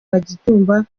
kagitumba